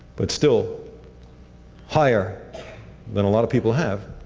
but still higher than a lot of people have,